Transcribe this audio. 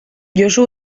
josu